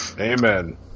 Amen